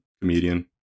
comedian